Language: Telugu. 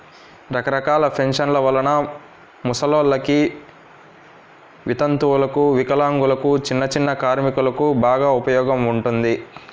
రకరకాల పెన్షన్ల వలన ముసలోల్లకి, వితంతువులకు, వికలాంగులకు, చిన్నచిన్న కార్మికులకు బాగా ఉపయోగం ఉంటుంది